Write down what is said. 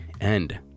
end